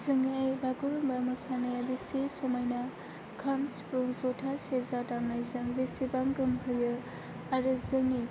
जोंनि बागुरुम्बा मोसानाया बेसे समायना खाम सिफुं जथा सेरजा दामनायजों बेसेबां गोमहोयो आरो जोंनि